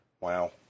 Wow